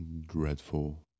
dreadful